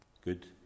good